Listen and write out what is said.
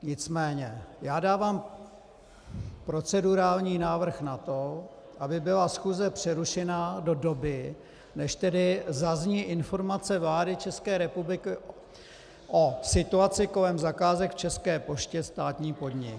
Nicméně dávám procedurální návrh na to, aby byla schůze přerušena do doby, než zazní informace vlády České republiky o situaci kolem zakázek v České poště, státní podnik.